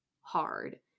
hard